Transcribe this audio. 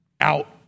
out